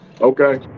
Okay